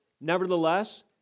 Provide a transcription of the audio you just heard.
Nevertheless